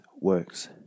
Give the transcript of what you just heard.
works